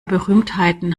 berühmtheiten